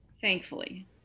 Thankfully